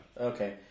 Okay